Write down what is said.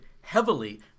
heavily